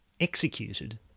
executed